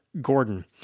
gordon